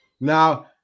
Now